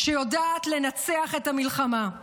שיודעת לנצח במלחמה.